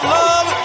love